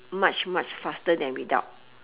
much much faster than without